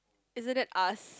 isn't it ask